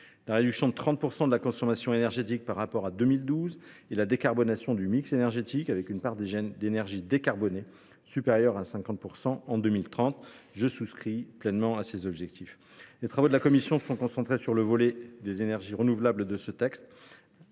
la réduction de 30 % de la consommation énergétique par rapport à 2012 et la décarbonation du mix énergétique, avec une part d’énergie décarbonée supérieure à 50 % en 2030. Je souscris pleinement à ces objectifs. Les travaux de la commission se sont concentrés sur le volet des énergies renouvelables, essentiel